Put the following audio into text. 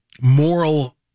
moral